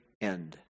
end